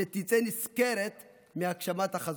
שתצא נשכרת מהגשמת החזון.